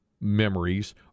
memories